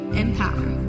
empower